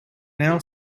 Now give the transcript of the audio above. now